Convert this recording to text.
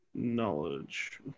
Knowledge